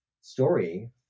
story